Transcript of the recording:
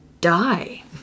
die